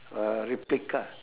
a replica